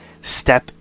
step